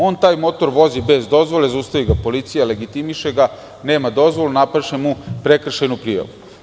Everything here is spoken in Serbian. On taj motor vozi bez dozvole i zaustavi ga policija, legitimiše ga, nema dozvolu, napiše mu prekršajnu prijavu.